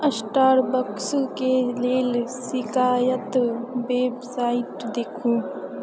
स्टारबक्सके लेल शिकायत वेबसाइट देखू